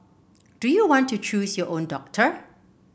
do you want to choose your own doctor